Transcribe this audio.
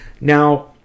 Now